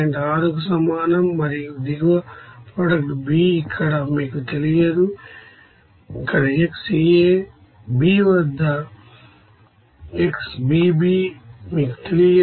6కు సమానం మరియు దిగువ ప్రొడక్ట్ B ఇక్కడ మీకు తెలియదు ఈxA Bవద్ద xBB మీకు తెలియదు